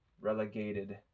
relegated